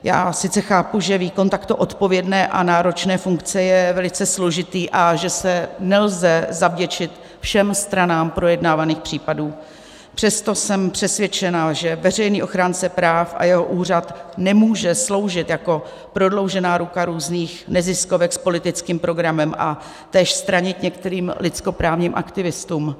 Já sice chápu, že výkon takto odpovědné a náročné funkce je velice složitý a že se nelze zavděčit všem stranám projednávaných případů, přesto jsem přesvědčena, že veřejný ochránce práv a jeho úřad nemůže sloužit jako prodloužená ruka různých neziskovek s politickým programem a též stranit některým lidskoprávním aktivistům.